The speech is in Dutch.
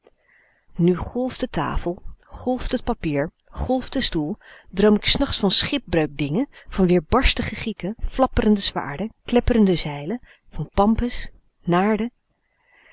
nu golft de tafel golft t papier glft de stoel droom k s nachts van schipbreukdingen van weerbarstige gieken flapperende zwaarden klepperende zeilen van pampus naarden